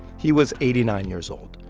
he was eighty nine years old.